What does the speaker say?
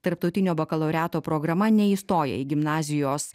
tarptautinio bakalaureato programa neįstoja į gimnazijos